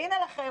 והנה לכם,